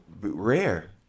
rare